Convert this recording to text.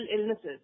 illnesses